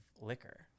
liquor